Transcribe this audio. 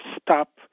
stop